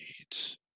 eight